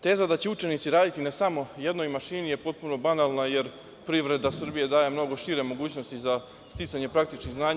Teza da će učenici radi na samo jednoj mašini je potpuno banalna, jer privreda Srbije daje mnogo šire mogućnosti za sticanje praktičnog znanja.